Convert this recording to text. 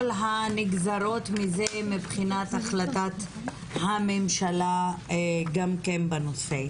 הנגזרות מזה מבחינת החלטת הממשלה בנושא.